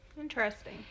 Interesting